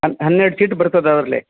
ಹನ್ ಹನ್ನೆರಡು ಸೀಟ್ ಬರ್ತದೆ ಅದರಲ್ಲಿ